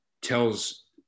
tells